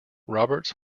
roberts